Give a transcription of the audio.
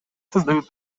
создают